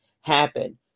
happen